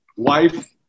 Wife